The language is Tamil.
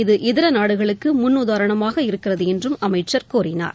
இது இதர நாடுகளுக்கு முன்னுதாரணமாக இருக்கிறது என்றும் அமைச்சர் கூறினார்